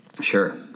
Sure